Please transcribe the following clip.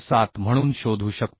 7 म्हणून शोधू शकतो